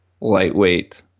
lightweight